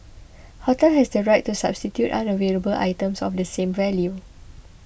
hotel has the right to substitute unavailable items of the same value